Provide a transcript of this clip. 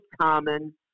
common